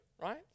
right